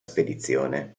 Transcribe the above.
spedizione